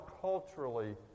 culturally